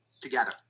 together